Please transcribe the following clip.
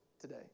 today